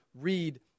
read